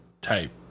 type